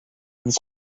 vous